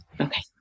Okay